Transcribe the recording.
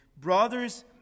Brothers